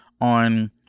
on